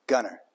Gunner